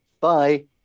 Bye